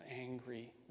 angry